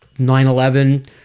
9-11